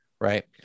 right